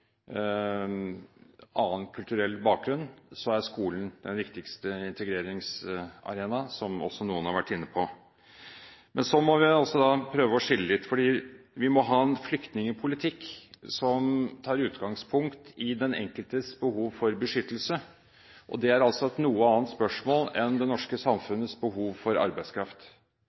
annen kulturell bakgrunn, er skolen den viktigste integreringsarena, som også noen har vært inne på. Men så må vi prøve å skille litt. Vi må ha en flyktningpolitikk som tar utgangspunkt i den enkeltes behov for beskyttelse. Det er et noe annet spørsmål enn det norske samfunns behov for arbeidskraft.